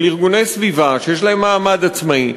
של ארגוני סביבה שיש להם מעמד עצמאי,